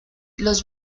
los